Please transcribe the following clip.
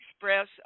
express